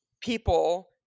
people